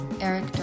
Eric